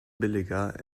billiger